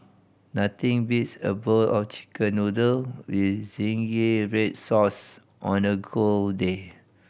nothing beats a bowl of Chicken Noodle with zingy red sauce on a cold day